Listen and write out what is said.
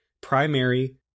primary